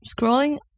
scrolling